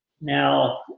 Now